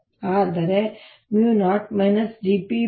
ಆದರೆ μ0 dρ dt ▽